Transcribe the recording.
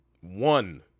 One